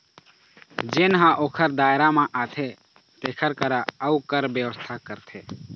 जेन ह ओखर दायरा म आथे तेखर करा अउ कर बेवस्था करथे